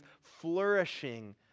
flourishing